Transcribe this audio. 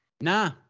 nah